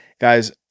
guys